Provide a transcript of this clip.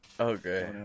Okay